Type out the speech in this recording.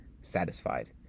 satisfied